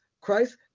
Christ